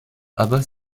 abat